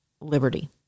liberty